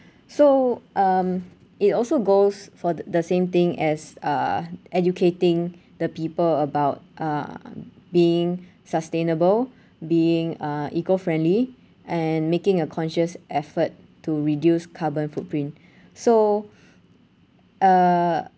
so um it also goes for t~ the same thing as uh educating the people about uh being sustainable being uh eco-friendly and making a conscious effort to reduce carbon footprint so uh